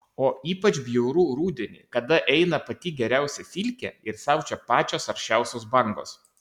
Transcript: o ypač bjauru rudenį kada eina pati geriausia silkė ir siaučia pačios aršiausios bangos